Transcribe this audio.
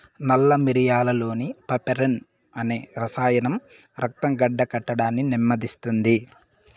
నల్ల మిరియాలులోని పైపెరిన్ అనే రసాయనం రక్తం గడ్డకట్టడాన్ని నెమ్మదిస్తుంది